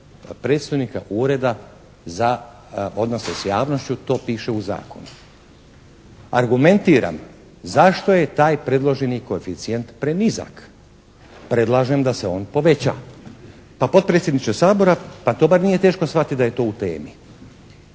predstojnika Ureda za odnose sa javnošću, to piše u zakonu. Argumentiram, zašto je taj predloženi koeficijent prenizak. Predlažem da se on poveća. Pa potpredsjedniče Sabora pa to bar nije teško shvatiti da je to u temi.